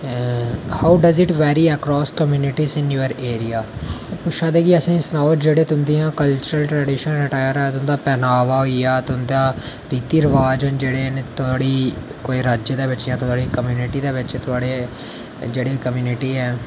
how does it vary across community in your area पुच्छा दे कि सनाओ जेह्ड़ियां तुंदियां जेह्ड़ियां कल्चरल ट्रेडीशनल एटॉयर ऐ तुंदा पहनावा तुंदे रीति रवाज़ न जेह्ड़े थुआढ़ी कोई राज्य दे बिच थुआढ़ी कोई कम्युनिटी दे बिच जेह्ड़ी कम्युनिटी हैन